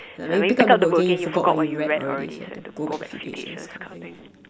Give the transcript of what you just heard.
like you pick up the book again you forgot what you read already so you have to go back a few pages kind of thing